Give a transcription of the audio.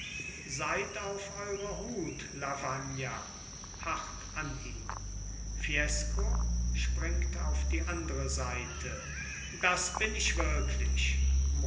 seid auf eurer hut lavagna hart an ihm fiesco springt auf die andere seite das bin ich wirklich